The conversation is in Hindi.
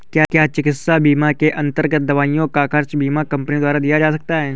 क्या चिकित्सा बीमा के अन्तर्गत दवाइयों का खर्च बीमा कंपनियों द्वारा दिया जाता है?